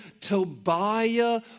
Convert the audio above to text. Tobiah